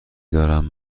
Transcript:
دارم